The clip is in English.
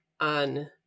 on